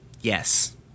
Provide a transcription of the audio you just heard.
Yes